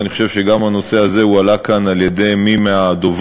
אני חושב שגם הנושא הזה הועלה כאן על-ידי מי מהדוברים,